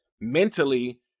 mentally